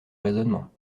raisonnement